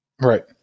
right